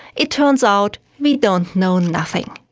it turns out we don't know nothing.